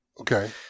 Okay